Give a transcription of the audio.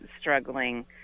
struggling